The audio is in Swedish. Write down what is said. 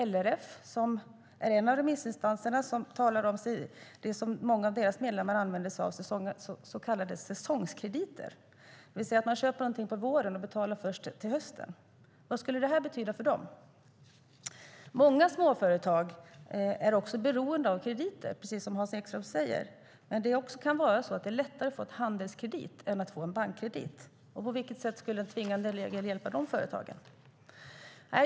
LRF är en av remissinstanserna och talar om något som många av deras medlemmar använder sig av, så kallade säsongskrediter. Det är när man köper någonting på våren och betalar först till hösten. Vad skulle detta betyda för dem? Många småföretag är beroende av krediter, precis som Hans Ekström säger. Men det kan vara lättare att få en handelskredit än att få en bankkredit. På vilket sätt skulle en tvingande regel hjälpa de företagen?